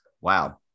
wow